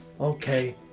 Okay